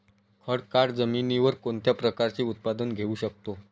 खडकाळ जमिनीवर कोणत्या प्रकारचे उत्पादन घेऊ शकतो?